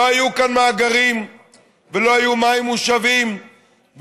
לא היו כאן מאגרים ולא היו מים מושבים ולא